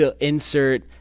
insert